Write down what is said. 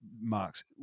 marks